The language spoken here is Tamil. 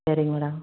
சரிங்க மேடம்